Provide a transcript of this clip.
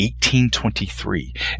1823